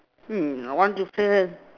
hmm I want to fill in